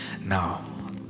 Now